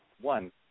one